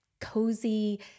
cozy